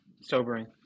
sobering